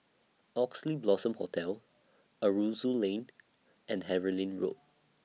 Oxley Blossom Hotel Aroozoo Lane and Harlyn Road